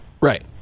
Right